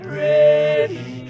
ready